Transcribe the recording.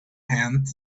hand